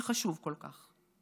שחשוב כל כך.